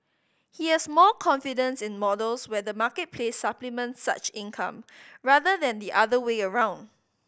he has more confidence in models where the marketplace supplements such income rather than the other way around